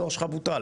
התור שלך בוטל.